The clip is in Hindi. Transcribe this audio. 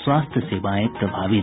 स्वास्थ्य सेवाएं प्रभावित